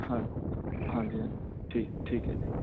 ਹਾ ਹਾਂਜੀ ਹਾਂਜੀ ਠੀ ਠੀਕ ਹੈ ਜੀ